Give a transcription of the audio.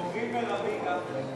מורי ורבי גפני.